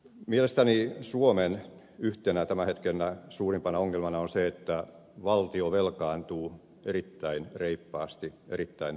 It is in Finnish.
mielestäni yhtenä suomen tämän hetken suurimpana ongelmana on se että valtio velkaantuu erittäin reippaasti erittäin nopeasti